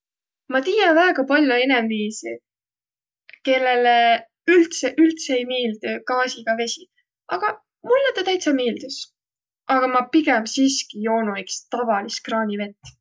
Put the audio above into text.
Ma tiiä väega pall'o inemiisi, kellele üldse üldse ei miildüq gaasiga vesi, aga mullõ taa täitsä miildüs, aga ma pigemb siski joonuq iks tavalist kraanivett.